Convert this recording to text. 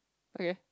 okay